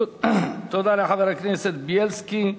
תודה לחבר הכנסת בילסקי.